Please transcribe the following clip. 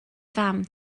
fam